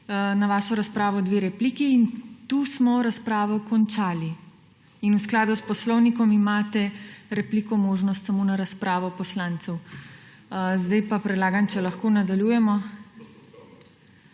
na vašo razpravo še dve repliki in tu smo razpravo končali. In v skladu s poslovnikom imate možnost replike samo na razpravo poslancev. Sedaj pa predlagam, če lahko nadaljujemo.